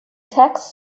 text